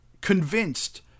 convinced